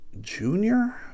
junior